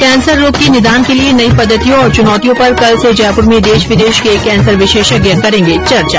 cancer रोग के निदान के लिए नई पद्वतियों और चुनौतियों पर कल से जयपुर में देश विदेश के कैंसर विशेषज्ञ करेंगे चर्चा